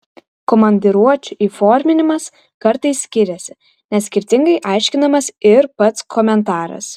komandiruočių įforminimas kartais skiriasi nes skirtingai aiškinamas ir pats komentaras